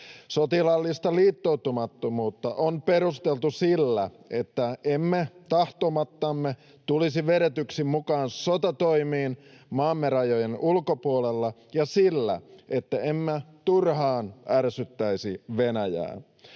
Sotilaallista liittoutumattomuutta on perusteltu sillä, että emme tahtomattamme tulisi vedetyksi mukaan sotatoimiin maamme rajojen ulkopuolella, ja sillä, että emme turhaan ärsyttäisi Venäjää.